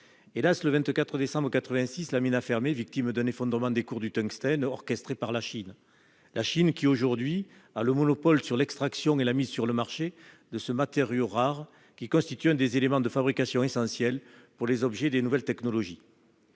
Las, le 24 décembre 1986, la mine a fermé, victime d'un effondrement des cours du tungstène orchestré par la Chine. La Chine qui, aujourd'hui, a le monopole de l'extraction et de la mise sur le marché de ce matériau rare, qui constitue un des éléments de fabrication essentiels pour les objets des nouvelles technologies.